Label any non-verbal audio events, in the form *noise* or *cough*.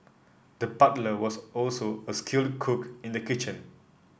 the *unintelligible* was also a skilled cook in the kitchen